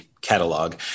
catalog